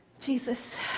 Jesus